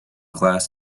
class